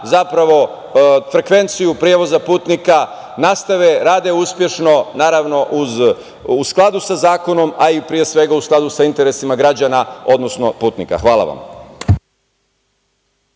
zapravo frekvenciju prevoza putnika nastave, rade uspešno, naravno u skladu sa zakonom, a pre svega u skladu sa interesima građana, odnosno putnika. Hvala.